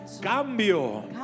cambio